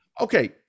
okay